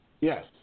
Yes